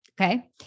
okay